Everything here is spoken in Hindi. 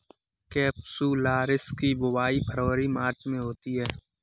केपसुलरिस की बुवाई फरवरी मार्च में होती है